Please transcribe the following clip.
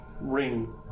ring